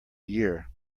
year